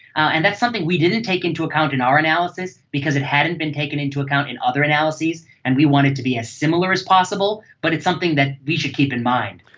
and that's something we didn't take into account in our analysis because it hadn't been taken into account in other analyses and we wanted to be as similar as possible, but it's something that we should keep in mind.